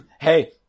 hey